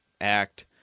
act